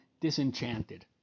disenchanted